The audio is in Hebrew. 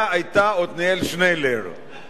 אז אני קורא את מה שהכתיבו לי.